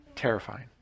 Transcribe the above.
terrifying